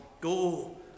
Go